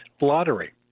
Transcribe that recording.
lottery